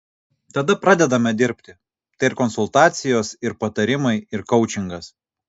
tada pradedame dirbti tai ir konsultacijos ir patarimai ir koučingas